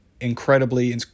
incredibly